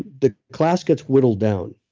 the class gets whittled down.